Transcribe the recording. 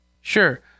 Sure